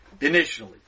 initially